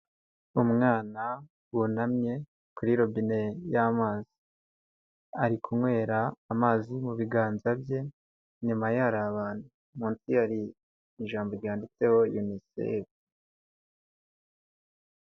Umwana wunamye kuri robine y'amazi. Ari kunywera amazi mu biganza bye, inyuma ye hari abantu. Munsi hari ijambo ryanditseho unisefu.